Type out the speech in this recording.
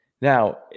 Now